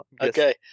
Okay